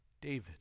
David